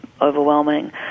overwhelming